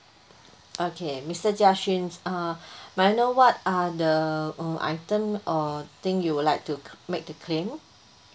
okay mister jia xun uh may I know what are the uh item or thing you would like to make the claim